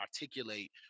articulate